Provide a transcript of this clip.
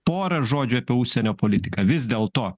pora žodžių apie užsienio politiką vis dėlto